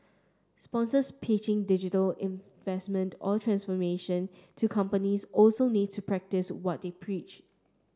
sponsors pitching digital investment or transformation to companies also need to practice what they preach